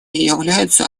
является